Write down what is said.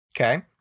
Okay